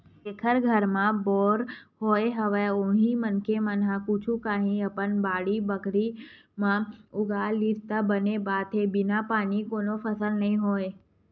जेखर घर म बोर होय हवय उही मनखे मन ह कुछु काही अपन बाड़ी बखरी म उगा लिस त बने बात हे बिन पानी कोनो फसल नइ होय